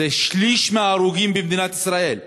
זה שליש מההרוגים במדינת ישראל,